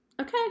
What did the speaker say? Okay